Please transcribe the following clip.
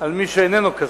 על מי שאיננו כזה.